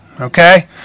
Okay